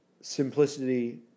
simplicity